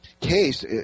case